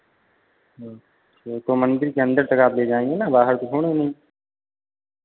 अच्छा तो मंदिर के अंदर तक आप ले जाएँगे ना बाहर तो छोड़ेंगे नहीं